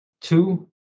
two